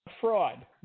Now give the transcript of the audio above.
Fraud